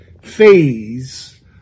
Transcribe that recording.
phase